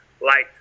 light